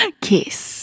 Kiss